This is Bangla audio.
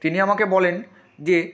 তিনি আমাকে বলেন যে